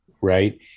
Right